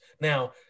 Now